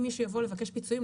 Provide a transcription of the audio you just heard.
אם מישהו יבוא לבקש פיצויים,